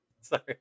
Sorry